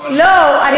לא הקואליציה.